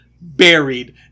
buried